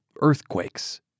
earthquakes